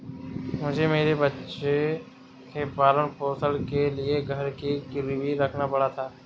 मुझे मेरे बच्चे के पालन पोषण के लिए घर को गिरवी रखना पड़ा था